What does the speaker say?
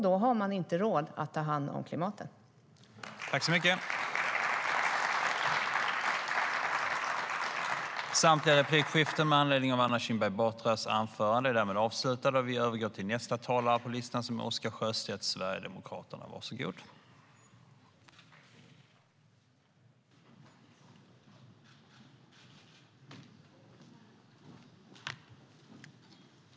Då har man inte råd att ta hand om klimatet.